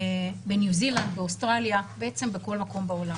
בניו זילנד, באוסטרליה, בעצם בכל מקום בעולם.